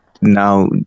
now